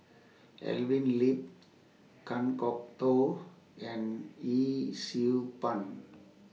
Evelyn Lip Kan Kwok Toh and Yee Siew Pun